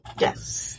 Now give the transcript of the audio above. Yes